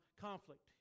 conflict